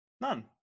None